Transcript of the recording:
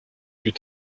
plus